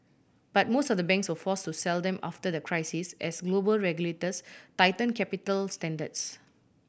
but most of the banks were force to sell them after the crisis as global regulators tighten capital standards